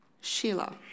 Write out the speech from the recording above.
Sheila